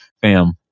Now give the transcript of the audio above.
fam